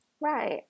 right